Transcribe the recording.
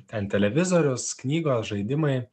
ten televizorius knygos žaidimai